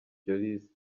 jolis